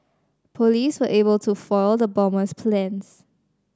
police were able to foil the bomber's plans